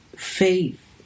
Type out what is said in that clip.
Faith